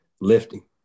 lifting